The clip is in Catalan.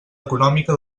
econòmica